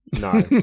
no